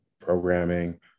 programming